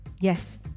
Yes